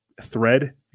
thread